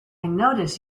notice